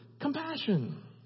Compassion